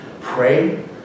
pray